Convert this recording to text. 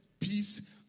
peace